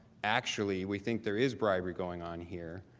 actually, we think there is bribery going on here,